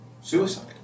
suicide